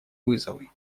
вызовы